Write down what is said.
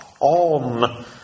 on